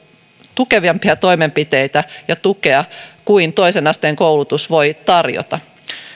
tukevampia toimenpiteitä ja enemmän tukea kuin toisen asteen koulutus voi tarjota